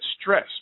stress